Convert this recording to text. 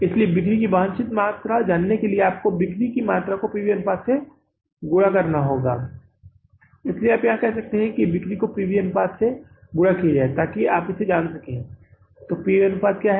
इसलिए बिक्री की वांछित मात्रा जानने के लिए बिक्री की मात्रा को आपको पी वी अनुपात से गुणा करना होगा इसलिए आप यहां कह सकते हैं कि बिक्री को पी वी अनुपात से गुणा किया जाएगा ताकि आप यह जान सकें कि क्या पी वी अनुपात यहाँ है